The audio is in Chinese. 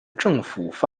政府